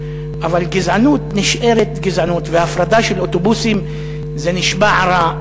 אבל גזענות נשארת גזענות והפרדה של אוטובוסים זה נשמע רע,